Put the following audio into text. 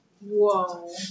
Whoa